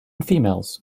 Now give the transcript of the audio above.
females